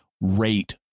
rate